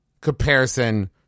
comparison